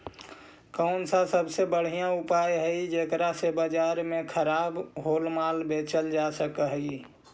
कौन सा सबसे बढ़िया उपाय हई जेकरा से बाजार में खराब होअल माल बेचल जा सक हई?